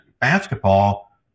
basketball